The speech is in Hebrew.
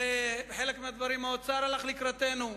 בחלק מהדברים האוצר הלך לקראתנו.